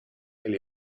elle